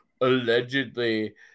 allegedly